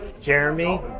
Jeremy